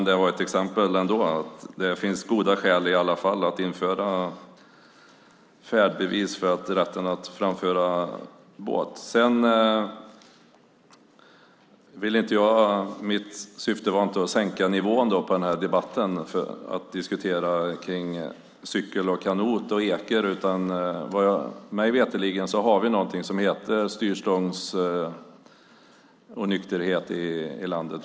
Det var ett exempel på att det finns goda skäl för att införa körkort för båt. Mitt syfte var inte att sänka nivån på debatten genom att diskutera cyklar, kanoter och ekor. Mig veterligen har vi någonting som heter styrstångsonykterhet i landet.